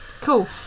Cool